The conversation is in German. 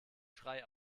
schrei